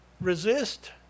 resist